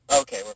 Okay